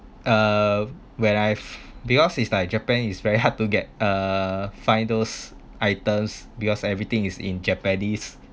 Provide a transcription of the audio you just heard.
uh when I because it's like japan is very hard to get uh find those items because everything is in japanese